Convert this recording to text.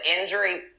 injury